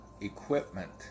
equipment